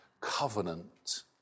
covenant